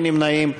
אין נמנעים.